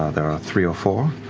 ah there are three or four?